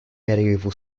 medieval